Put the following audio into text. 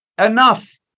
enough